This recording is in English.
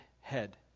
head